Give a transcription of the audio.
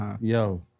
yo